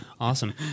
Awesome